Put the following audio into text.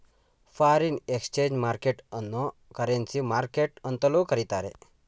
foreign exchange market ಅನ್ನೋ currency market ಎಂತಲೂ ಕರಿತ್ತಾರೆ